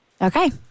Okay